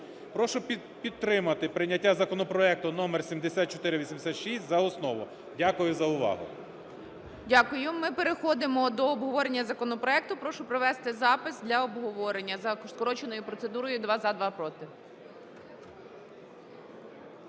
Прошу підтримати прийняття законопроекту № 7486 за основу. Дякую за увагу. ГОЛОВУЮЧИЙ. Дякую. Ми переходимо до обговорення законопроекту, прошу провести запис для обговорення за скороченою процедурою: два – за,